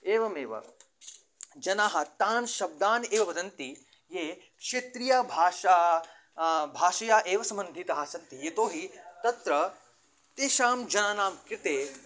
एवमेव जनः तान् शब्दान् एव वदन्ति ये क्षेत्रीयभाषा भाषया एव सम्बन्धिताः सन्ति यतो हि तत्र तेषां जनानाम् कृते